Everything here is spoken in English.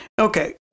Okay